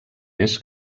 més